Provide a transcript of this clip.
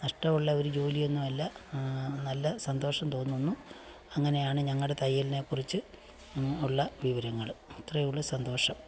നഷ്ടമുള്ള ഒരു ജോലിയൊന്നുമ ല്ല നല്ല സന്തോഷം തോന്നുന്നു അങ്ങനെയാണ് ഞങ്ങളുടെ തയ്യലിനെ കുറിച്ച് ഉള്ള വിവരങ്ങൾ അത്രയേ ഉള്ളു സന്തോഷം